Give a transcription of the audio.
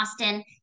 austin